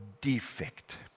defect